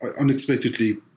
unexpectedly